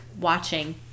watching